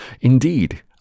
Indeed